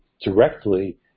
directly